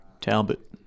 Talbot